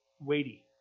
weighty